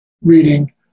reading